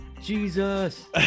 jesus